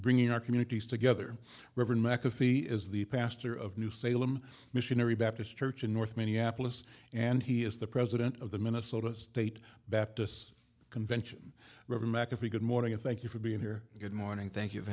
bringing our communities together reverend mcafee is the pastor of new salem missionary baptist church in north minneapolis and he is the president of the minnesota state baptist convention river mcafee good morning and thank you for being here good morning thank